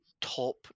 top